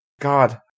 god